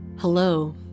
Hello